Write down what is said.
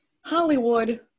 Hollywood